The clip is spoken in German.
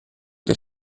des